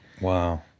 Wow